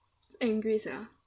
angry sia